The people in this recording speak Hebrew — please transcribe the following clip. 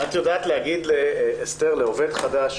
עובד חדש